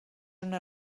una